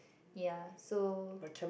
yeah so